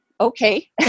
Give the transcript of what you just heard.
okay